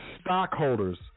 stockholders